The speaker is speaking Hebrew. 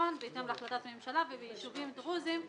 בצפון בהתאם להחלטת ממשלה וביישובים דרוזים,